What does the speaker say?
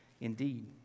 indeed